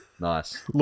Nice